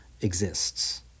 exists